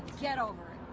get over